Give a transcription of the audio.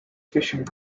fishing